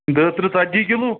داہ ترٕٛہ ژَتجی کِلوٗ